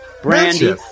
Brandy